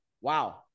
wow